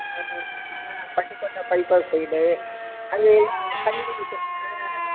ஆ ஆ Pattukkottai bypass side அங்கே எல்லாம் தண்ணி இருக்குது ஆ